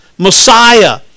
Messiah